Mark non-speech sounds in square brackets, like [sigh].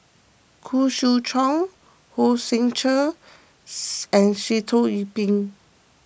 Khoo Swee Chiow Hong Sek Chern [unintelligible] and Sitoh Yih Pin